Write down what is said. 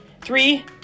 three